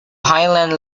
highland